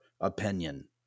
opinion